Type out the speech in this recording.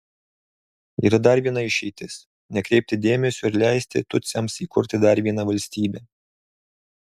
yra dar viena išeitis nekreipti dėmesio ir leisti tutsiams įkurti dar vieną valstybę